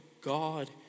God